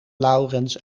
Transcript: laurens